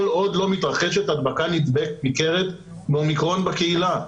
עוד לא מתרחשת הדבקה ניכרת באומיקרון בקהילה".